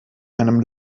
einem